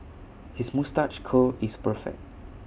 his moustache curl is perfect